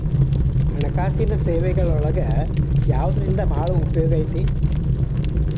ಹಣ್ಕಾಸಿನ್ ಸೇವಾಗಳೊಳಗ ಯವ್ದರಿಂದಾ ಭಾಳ್ ಉಪಯೊಗೈತಿ?